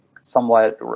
somewhat